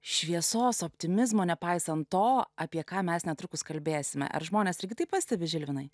šviesos optimizmo nepaisant to apie ką mes netrukus kalbėsime ar žmonės irgi tai pastebi žilvinai